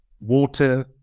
water